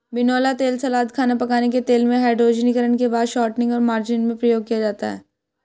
बिनौला तेल सलाद, खाना पकाने के तेल में, हाइड्रोजनीकरण के बाद शॉर्टनिंग और मार्जरीन में प्रयोग किया जाता है